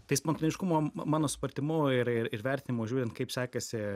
tai spontaniškumo mano supratimu ir ir vertinimo žiūrint kaip sekasi